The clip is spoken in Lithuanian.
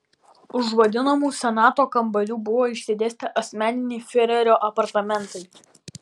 už vadinamų senato kambarių buvo išsidėstę asmeniniai fiurerio apartamentai